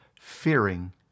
fearing